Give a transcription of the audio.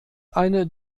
eine